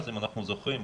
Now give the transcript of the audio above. אם אנחנו זוכרים,